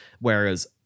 whereas